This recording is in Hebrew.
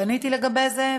פניתי לגבי זה,